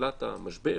בתחילת המשבר,